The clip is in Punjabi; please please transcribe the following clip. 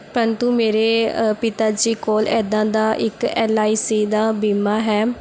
ਪ੍ਰੰਤੂ ਮੇਰੇ ਪਿਤਾ ਜੀ ਕੋਲ ਇੱਦਾਂ ਦਾ ਇੱਕ ਐੱਲ ਆਈ ਸੀ ਦਾ ਬੀਮਾ ਹੈ